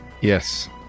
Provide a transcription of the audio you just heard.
Yes